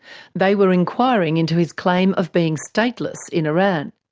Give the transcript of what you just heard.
they were inquiring into his claim of being stateless in iran.